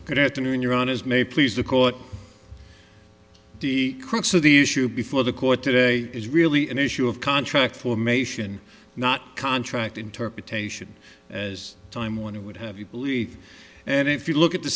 good afternoon your honour's may please the court the crux of the issue before the court today is really an issue of contract formation not contract interpretation as time warner would have you believe and if you look at the